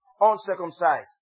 uncircumcised